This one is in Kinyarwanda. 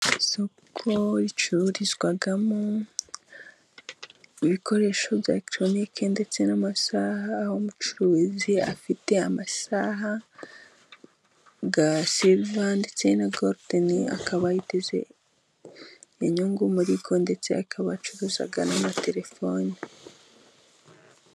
Isoko ricururizwamo ibikoresho bya elekitoronike ndetse n'amasaha aho umucuruzi afite amasaha ya siliva ndetse na goludeni, akaba yiteze inyungu muriyo ndetse akaba acuruza n'amatelefoni.